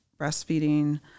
breastfeeding